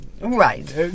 Right